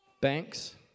banks